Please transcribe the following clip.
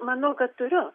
manau kad turiu